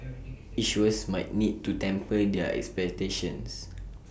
issuers might need to temper their expectations